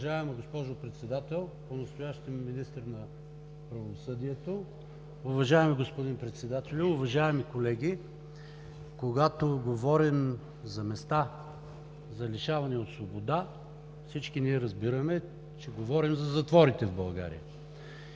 Уважаема госпожо Председател, понастоящем министър на правосъдието, уважаеми господин Председател, уважаеми колеги! Когато говорим за места за лишаване от свобода, всички ние разбираме, че говорим за затворите в България.